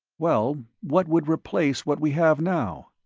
well, what would replace what we have now?